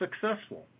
successful